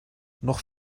noch